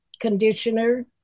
Conditioner